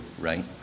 right